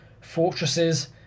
fortresses